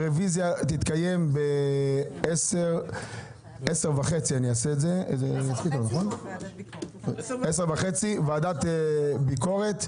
הרוויזיה תתקיים בשעה 10:30 בחדר הוועדה לענייני ביקורת המדינה.